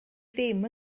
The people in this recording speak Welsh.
ddim